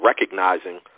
recognizing